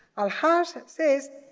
al-haj says,